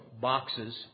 boxes